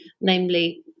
namely